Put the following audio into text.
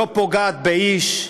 לא פוגעת באיש.